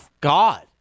God